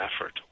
effort